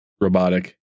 robotic